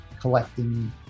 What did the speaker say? collecting